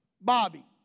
Bobby